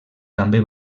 també